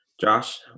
Josh